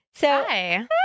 Hi